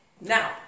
Now